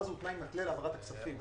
התנאי הזה הוא תנאי מתלה להעברת הכספים,